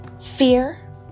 fear